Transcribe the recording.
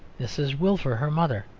mrs. wilfer, her mother,